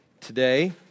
today